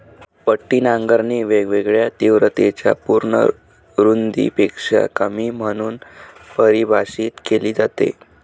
पट्टी नांगरणी वेगवेगळ्या तीव्रतेच्या पूर्ण रुंदीपेक्षा कमी म्हणून परिभाषित केली जाते